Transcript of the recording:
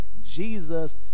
Jesus